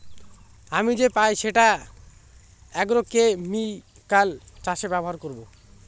আমি যে পাই সেটা আগ্রোকেমিকাল চাষে ব্যবহার করবো